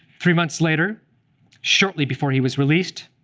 three months later shortly before he was released,